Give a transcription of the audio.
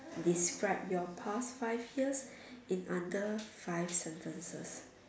describe your past five years in under five sentences